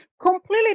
Completely